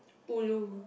ulu